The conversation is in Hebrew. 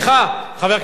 חברי הכנסת צרצור,